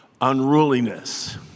unruliness